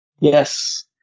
yes